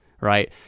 right